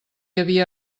havia